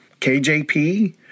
KJP